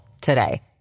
today